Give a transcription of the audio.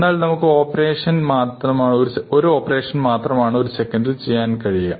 എന്നാൽ നമുക്ക് ഓപ്പറേഷൻ മാത്രമാണ് ഒരു സെക്കൻഡ് ചെയ്യാൻ കഴിയുക